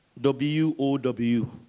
W-O-W